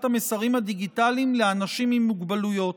המסרים הדיגיטליים לאנשים עם מוגבלויות.